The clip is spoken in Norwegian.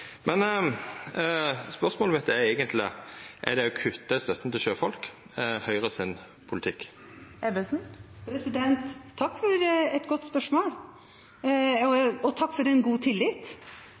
Men spørsmålet mitt er eigentleg: Er det å kutta i støtta til sjøfolk Høgres politikk? Takk for et godt spørsmål, og